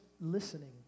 listening